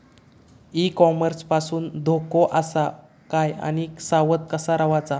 E commerce पासून धोको आसा काय आणि सावध कसा रवाचा?